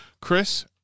Chris